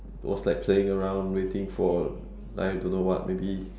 was like playing around waiting for I don't know what maybe